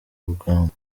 rugamba